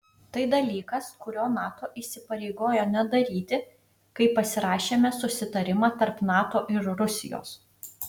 tai dalykas kurio nato įsipareigojo nedaryti kai pasirašėme susitarimą tarp nato ir rusijos